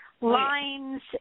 lines